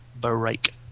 break